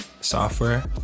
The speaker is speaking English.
software